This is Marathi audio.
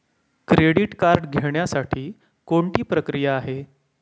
क्रेडिट कार्ड घेण्यासाठी कोणती प्रक्रिया आहे?